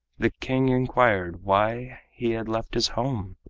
the king inquired why he had left his home?